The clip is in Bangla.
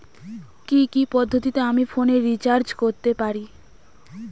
কি কি পদ্ধতিতে আমি ফোনে রিচার্জ করতে পারি?